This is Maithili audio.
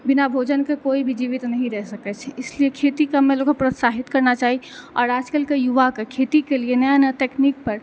बिना भोजन के कोइ भी जीवित नहि रहि सकै छै इसलिए खेती काम मे लोकके प्रोत्साहित करना चाही और आजकल के युवा के खेती के लिए नया नया तकनीक पर